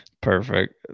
Perfect